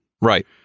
Right